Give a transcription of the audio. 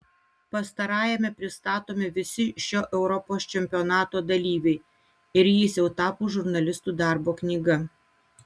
pastarajame pristatomi visi šio europos čempionato dalyviai ir jis jau tapo žurnalistų darbo knyga